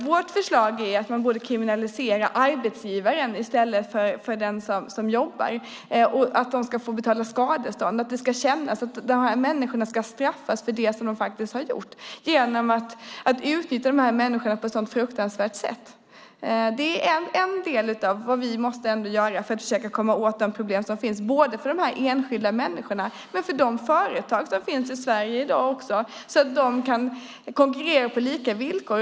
Vårt förslag är att man ska kriminalisera arbetsgivarna i stället för dem som jobbar, att de ska få betala skadestånd så att det känns. De ska straffas för det som de har gjort genom att utnyttja dessa människor på ett så fruktansvärt sätt. Det är en del av vad vi måste göra för att försöka komma åt de problem som finns, både för de enskilda människorna och för de företag som finns i Sverige i dag så att de kan konkurrera på lika villkor.